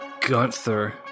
Gunther